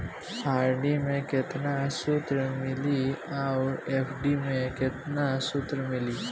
RD मे केतना सूद मिली आउर एफ.डी मे केतना सूद मिली?